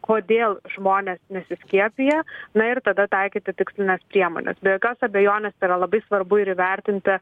kodėl žmonės nesiskiepija na ir tada taikyti tikslines priemones be jokios abejonės yra labai svarbu ir įvertinta